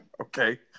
Okay